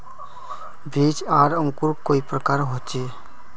बीज आर अंकूर कई प्रकार होचे?